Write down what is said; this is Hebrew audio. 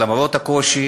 למרות הקושי.